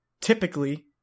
typically